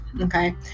okay